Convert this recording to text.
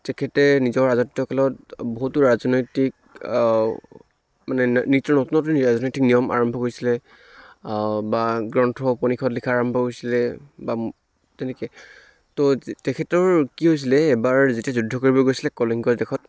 তেখেতে নিজৰ ৰাজত্বকালত বহুতো ৰাজনৈতিক মানে ন নিত্য নতুন নতুন ৰাজনীতিক নিয়ম আৰম্ভ কৰিছিলে বা গ্ৰন্থ উপনিষদ লিখা আৰম্ভ হৈছিলে বা তেনেকৈ ত' তেখেতৰ কি হৈছিলে এবাৰ যেতিয়া যুদ্ধ কৰিব গৈছিলে কলিংগৰ দেশত